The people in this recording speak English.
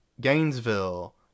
Gainesville